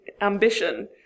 ambition